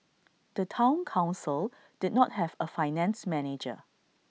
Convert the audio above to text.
the Town Council did not have A finance manager